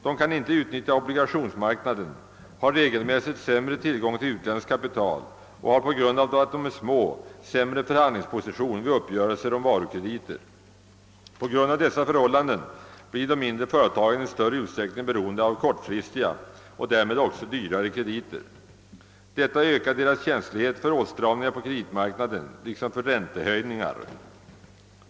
De kan inte utnyttja obligationsmarknaden, har regelmässigt sämre tillgång till utländskt kapital och intar på grund av att de är små en sämre förhandlingsposition vid uppgörelser om varukrediter. På grund av dessa förhållanden blir de mindre företagen i större utsträckning beroende av kortfristiga och därmed också dyrare krediter. Detta ökar deras känslighet för åtstramningar på kreditmarknaden liksom för räntehöjningar.